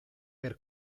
per